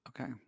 Okay